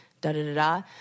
da-da-da-da